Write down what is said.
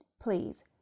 Please